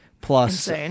Plus